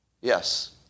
Yes